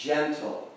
Gentle